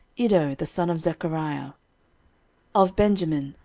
iddo the son of zechariah of benjamin,